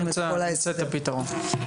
נמצא את הפתרו8.